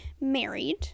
married